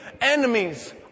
enemies